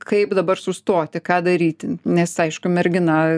kaip dabar sustoti ką daryti nes aišku mergina